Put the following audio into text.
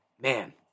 man